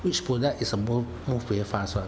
which product is a move move very fast [one]